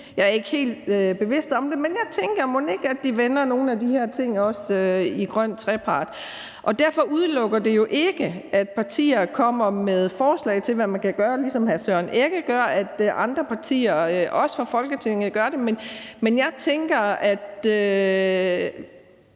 jeg er ikke helt bevidst om det, men mon ikke de også vender nogle af de her ting i de grønne trepartsforhandlinger. Det udelukker jo ikke, at partier kommer med forslag til, hvad man kan gøre, ligesom hr. Søren Egge Rasmussen gør, og at andre partier fra Folketinget også gør det. Jeg tænker, at